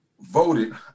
voted